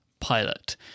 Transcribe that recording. PILOT